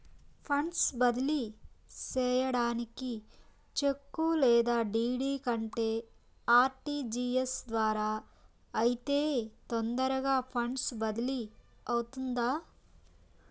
funds బదిలీ సేయడానికి cheque లేదా డీ.డీ కంటే ఆర్.టి.జి.ఎస్ ద్వారా అయితే తొందరగా ఫండ్స్ బదిలీ అవుతుందా